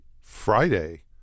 Friday